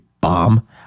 bomb